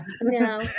No